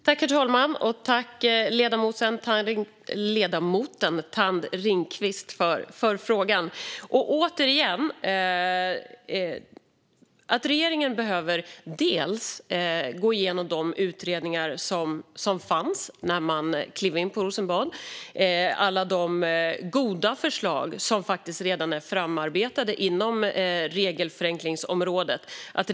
Herr talman! Tack, ledamoten Thand Ringqvist, för frågan! Regeringen behöver gå igenom de utredningar som fanns när man klev in på Rosenbad. Det handlar om alla de goda förslag som redan är framarbetade inom regelförenklingsområdet.